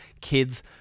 Kids